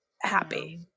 happy